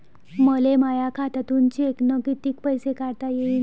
मले माया खात्यातून चेकनं कितीक पैसे काढता येईन?